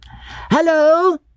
Hello